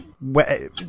Wait